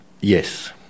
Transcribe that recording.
Yes